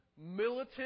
militant